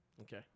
Okay